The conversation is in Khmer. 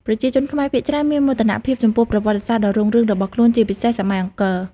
ប្រជាជនខ្មែរភាគច្រើនមានមោទនភាពចំពោះប្រវត្តិសាស្ត្រដ៏រុងរឿងរបស់ខ្លួន ជាពិសេសសម័យអង្គរ ។